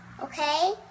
Okay